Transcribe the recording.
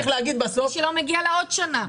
מי שלא, מגיעה לה עוד שנה.